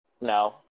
No